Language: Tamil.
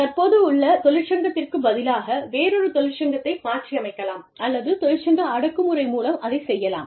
தற்போதுள்ள தொழிற்சங்கத்திற்கு பதிலாக வேறொரு தொழிற்சங்கத்தை மாற்றி அமைக்கலாம் அல்லது தொழிற்சங்க அடக்குமுறை மூலம் அதைச் செய்யலாம்